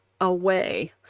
away